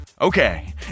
Okay